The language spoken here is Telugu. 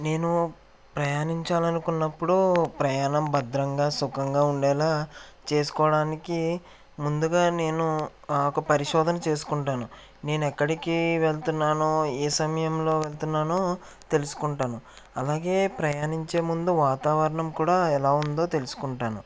నేను ప్రయాణించాలనుకున్నప్పుడు ప్రయాణం భద్రంగా సుఖంగా ఉండేలా చేసుకోవడానికి ముందుగా నేను ఒక పరిశోధన చేసుకుంటాను నేను ఎక్కడికి వెళ్తున్నాను ఏ సమయంలో వెళ్తున్నానో తెలుసుకుంటాను అలాగే ప్రయాణించే ముందు వాతావరణం కూడా ఎలా ఉందో తెలుసుకుంటాను